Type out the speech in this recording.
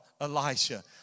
Elisha